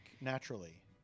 naturally